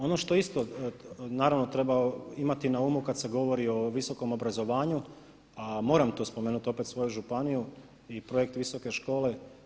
Ono što isto naravno treba imati na umu kad se govori o visokom obrazovanju a moram tu opet spomenuti svoju županiju i projekt visoke škole.